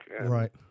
Right